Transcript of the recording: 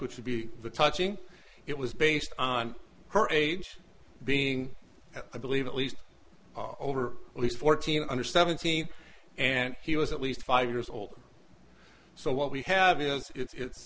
which would be the touching it was based on her age being i believe at least over at least fourteen under seventeen and he was at least five years old so what we have is it's